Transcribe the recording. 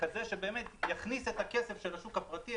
כזה שבאמת יכניס את הכסף של השוק הפרטי,